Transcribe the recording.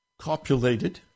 copulated